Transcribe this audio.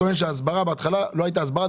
טוען שההסברה בהתחלה לא הייתה הסברה,